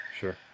sure